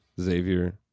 xavier